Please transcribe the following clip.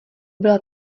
byla